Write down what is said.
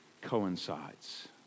coincides